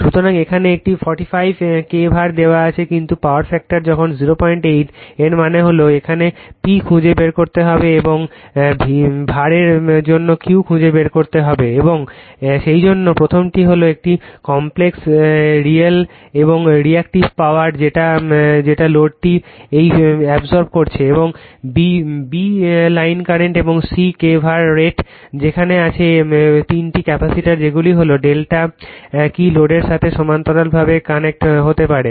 সুতরাং এখানে এটি 45 k VAr দেওয়া হয়েছে কিন্তু পাওয়ার ফ্যাক্টর যখন 08 এর মানে হলো এখানে P খুঁজে বের করতে হবে এবং V A r এর জন্য Q খুঁজে বের করতে হবে এবং সেইজন্য প্রথমটি হলো একটি কমপ্লেক্স রিয়াল এবং রিএক্টিভ পাওয়ার যেটা লোডটি এইবসর্ব করেছে এবং b লাইন কারেন্ট এবং c k VAr রেট যেখানে আছে তিনটি ক্যাপাসিটর যেগুলো হলো ডেল্টা কি লোডের সাথে সমান্তরালভাবে কানেক্ট হতে পারে